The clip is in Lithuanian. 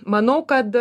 manau kad